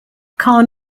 khan